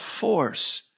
force